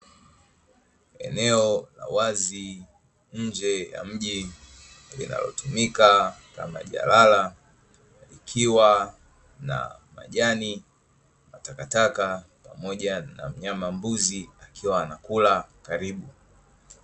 Eneo la wazi nje ya mji linalotumika kama jalala, likiwa na majani na takataka pamoja na mnyama mbuzi akiwa anakula karibu.